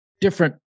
different